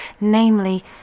namely